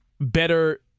better